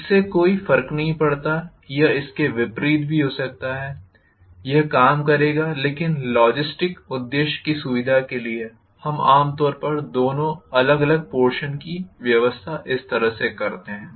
इससे कोई फर्क नहीं पड़ता कि यह इसके विपरीत भी हो सकता है यह काम करेगा लेकिन लॉजिस्टिक उद्देश्य की सुविधा के लिए हम आम तौर पर दोनों अलग अलग पोर्षन्स की व्यवस्था इस तरह से करते हैं